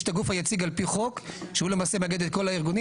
יש את הגוף היציג על פי חוק שהוא למעשה מאגד את כל הארגונים,